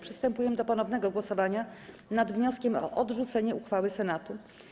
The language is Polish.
Przystępujemy do ponownego głosowania nad wnioskiem o odrzucenie uchwały Senatu.